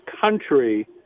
country